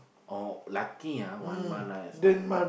oh lucky ah one month ah is not